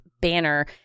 banner